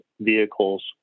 vehicles